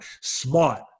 Smart